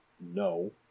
no